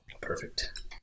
perfect